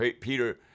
Peter